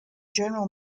general